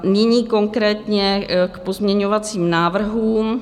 Nyní konkrétně k pozměňovacím návrhům.